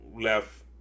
left